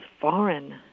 foreign